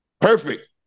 Perfect